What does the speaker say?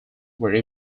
were